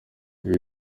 ibi